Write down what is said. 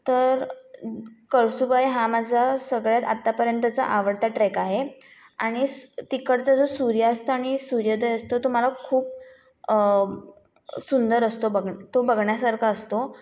तर कळसूबाई हा माझा सगळ्यात आत्तापर्यंतचा आवडता ट्रेक आहे आणि तिकडचा जो सूर्यास्त आणि सूर्योदय असतो तो मला खूप सुंदर असतो बघण्या तो खूप बघण्यासारखा असतो